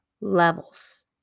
levels